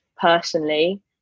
personally